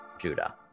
Judah